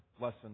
lesson